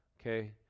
okay